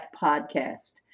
Podcast